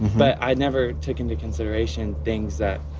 but i never took into consideration things that.